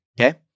Okay